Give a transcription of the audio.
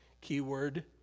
Keyword